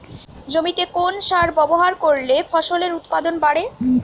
জমিতে কোন সার ব্যবহার করলে ফসলের উৎপাদন বাড়ে?